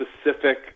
specific